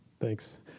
Thanks